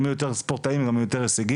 אם יהיו יותר ספורטאים גם יהיו יותר הישגים.